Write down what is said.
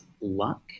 luck